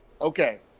Okay